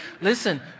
Listen